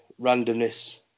randomness